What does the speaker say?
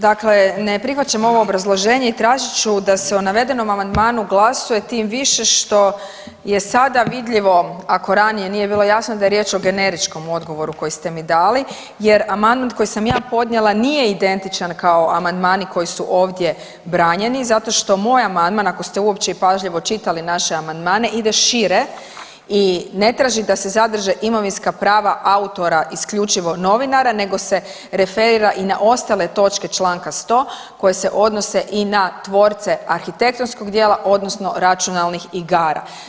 Dakle, ne prihvaćam ovo obrazloženje i tražit ću da se o navedenom amandmanu glasuje tim više što je sada vidljivo, ako ranije nije bilo jasno, da je riječ o generičkom odgovoru koji ste mi dali jer amandman koji sam ja podnijela nije identičan kao amandmani koji su ovdje branjeni zato što moj amandman, ako ste uopće i pažljivo čitali naše amandmane, ide šire i ne traži da se zadrže imovinska prava autora isključivo novinara nego se referira i na ostale točke čl. 100. koje se odnose i na tvorce arhitektonskog dijela odnosno računalnih igara.